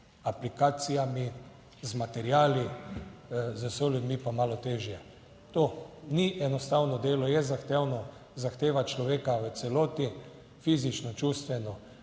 aplikacijami, z materiali, ljudmi pa malo težje. To ni enostavno. Delo je zahtevno. Zahteva človeka v celoti, fizično, čustveno